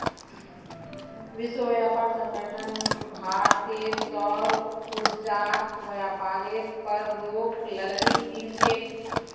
विश्व व्यापार संगठन भारतेर सौर ऊर्जाक व्यापारेर पर रोक लगई दिल छेक